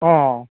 অ